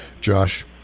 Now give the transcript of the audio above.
Josh